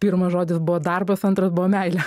pirmas žodis buvo darbas antras buvo meilė